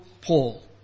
Paul